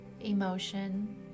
emotion